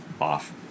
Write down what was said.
off